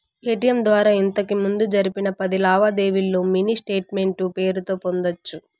ATM ద్వారా ఇంతకిముందు జరిపిన పది లావాదేవీల్లో మినీ స్టేట్మెంటు పేరుతో పొందొచ్చు